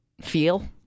feel